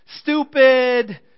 stupid